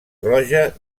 roja